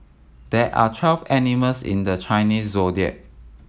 there are twelve animals in the Chinese Zodiac